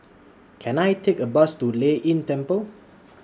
Can I Take A Bus to Lei Yin Temple